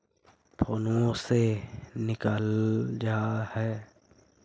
फोनवो से निकल जा है?